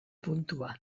puntua